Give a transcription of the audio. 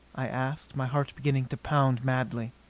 i asked, my heart beginning to pound madly.